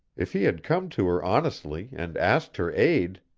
if he had come to her honestly and asked her aid,